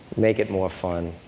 make it more fun.